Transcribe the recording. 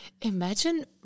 imagine